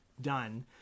done